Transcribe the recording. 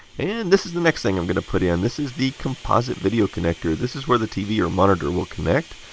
and this is the next thing i'm going to put in. this is the composite video connector. this is where the tv or monitor will connect.